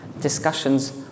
discussions